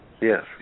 Yes